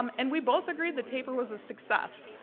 um and we both agreed the taper was a success.